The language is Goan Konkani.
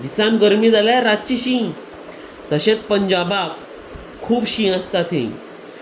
दिसान गरमी जाल्यार रातचीं शीं तशेंच पंजाबाक खूब शीं आसता थंय